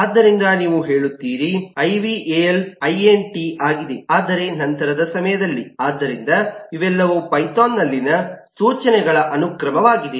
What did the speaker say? ಆದ್ದರಿಂದನೀವು ಹೇಳುತ್ತೀರಿ eval int ಆಗಿದೆ ಆದರೆ ನಂತರದ ಸಮಯದಲ್ಲಿ ಆದ್ದರಿಂದ ಇವೆಲ್ಲವೂ ಪೈಥಾನ್ನಲ್ಲಿನ ಸೂಚನೆಗಳ ಅನುಕ್ರಮವಾಗಿದೆ